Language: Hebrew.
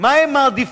מה הם מעדיפים,